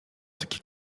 takie